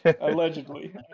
Allegedly